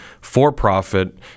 for-profit